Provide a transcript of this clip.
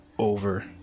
over